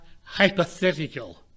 hypothetical